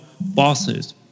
bosses